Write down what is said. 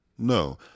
No